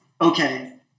Okay